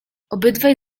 obydwaj